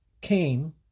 came